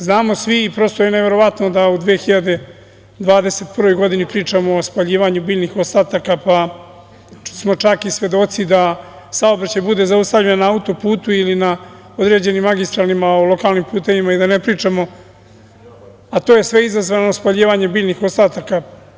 Znamo svi i prosto je neverovatno da u 2021. godini pričamo o spaljivanju biljnih ostataka, pa smo čak i svedoci da saobraćaj bude zaustavljen na autoputu ili na određenim magistralnim, lokalnim putevima i da ne pričamo, a to je sve izazvano spaljivanjem biljnih ostataka.